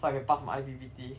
so I can pass my I_P_P_T